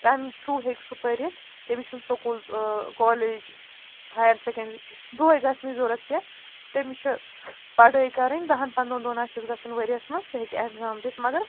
تَمۍ تھرٛوٗ ہیٚکہِ سُہ پٔرِتھ تٔمِس چھُنہٕ سکوٗل کالیج ہَیَر سٮ۪کَنٛڈرٛی دۄہَے گژھنٕچ ضوٚرَتھ کیٚنٛہہ تٔمِس چھُ پَڑھٲے کَرٕںۍ دَہَن پَنٛدہن دۄہَن آسٮ۪س گژھُن ؤرِیَس منٛز سُہ ہیٚکہِ اٮ۪کزام دِتھ مگر